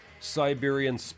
Siberian